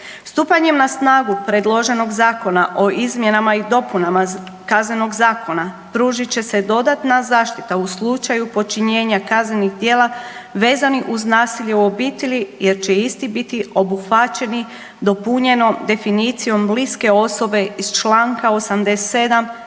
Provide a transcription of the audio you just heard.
Stupanjem na snagu predloženog zakona o izmjenama i dopunama Kaznenog zakona pružit će se dodatna zaštita u slučaju počinjenja kaznenih djela vezanih uz nasilje u obitelji, jer će isti biti obuhvaćeni dopunjenom definicijom bliske osobe iz članka 87.